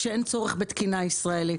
כשאין צורך בתקינה ישראלית.